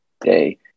day